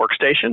workstation